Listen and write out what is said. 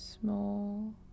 small